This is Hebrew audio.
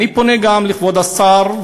אני פונה גם לכבוד השר,